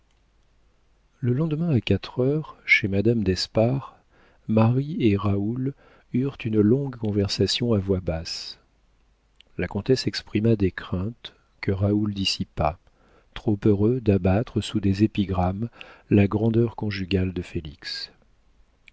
le lendemain à quatre heures chez madame d'espard marie et raoul eurent une longue conversation à voix basse la comtesse exprima des craintes que raoul dissipa trop heureux d'abattre sous des épigrammes la grandeur conjugale de félix